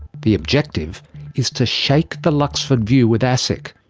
the objective is to shake the luxford view with asic.